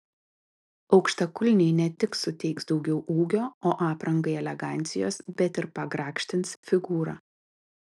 aukštakulniai ne tik suteiks daugiau ūgio o aprangai elegancijos bet ir pagrakštins figūrą